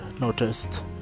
noticed